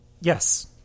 yes